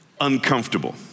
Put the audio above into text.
uncomfortable